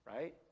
right